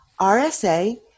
RSA